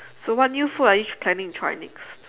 so what new food are you planning to try next